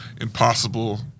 impossible